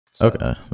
okay